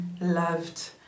loved